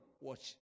Watch